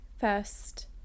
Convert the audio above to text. first –